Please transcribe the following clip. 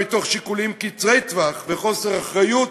מתוך שיקולים קצרי-טווח וחוסר אחריות,